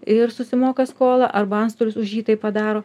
ir susimoka skolą arba antstolis už jį tai padaro